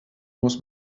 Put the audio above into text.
muss